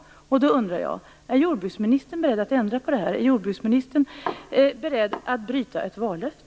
Jag undrar: Är jordbruksministern beredd att ändra på detta? Är jordbruksministern beredd att bryta ett vallöfte?